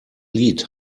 lied